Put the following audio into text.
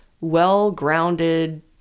well-grounded